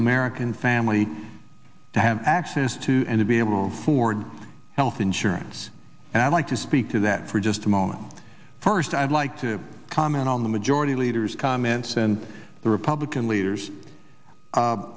american family to have access to and to be able ford health insurance and i'd like to speak to that for just a moment first i'd like to comment on the majority leader's comments and the republican leaders